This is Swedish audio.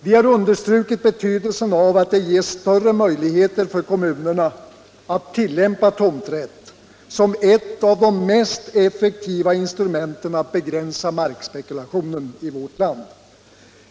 Vi har understrukit betydelsen av att det ges större möjligheter för kommunerna att tillämpa tomträtt som ett av de mest effektiva instrumenten att begränsa markspekulationen i vårt land.